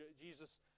Jesus